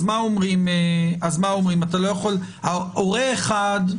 אז מה אומרים: הורה אחד,